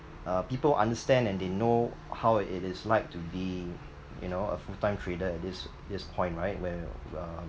uh people understand and they know how it is like to be you know a full-time trader at this this point right where uh